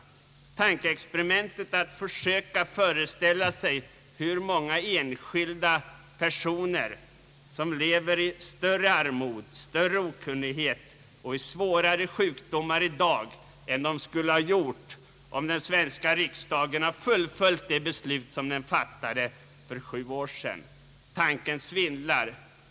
Man kan göra tankeexperimentet att föreställa sig, hur många enskilda personer det är, som lever i större armod, större okunnighet och i svårare sjukdomar i dag än de skulle ha gjort om den svenska riksdagen hade fullföljt det beslut den fattade för sju år sedan. Tanken svindlar.